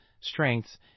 strengths